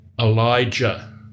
Elijah